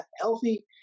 healthy